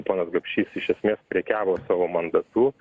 ponas gapšys iš esmės prekiavo savo mandatu